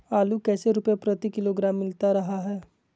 आलू कैसे रुपए प्रति किलोग्राम मिलता रहा है?